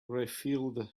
refilled